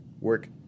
work